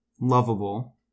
lovable